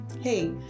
Hey